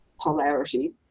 polarity